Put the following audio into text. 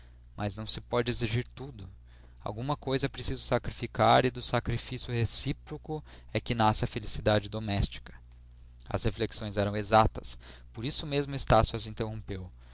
mas não se pode exigir tudo alguma coisa é preciso sacrificar e do sacrifício recíproco é que nasce a felicidade doméstica as reflexões eram exatas por isso mesmo estácio as interrompeu